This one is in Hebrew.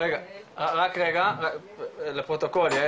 רק רגע לפרוטוקול, יעל